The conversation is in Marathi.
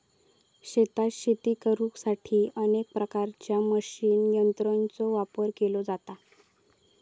शेतात शेती करुसाठी अनेक प्रकारच्या मशीन यंत्रांचो वापर केलो जाता